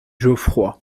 geoffroy